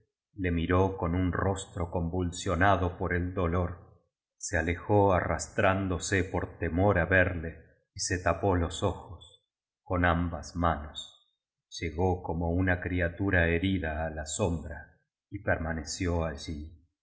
le miró con un rostro convulsionado por el dolor se alejó arrastrándose por temor á verle y se tapó los ojos con ambas manos llegó como una criatura herida a la sombra y peiunaneció allí